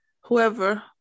whoever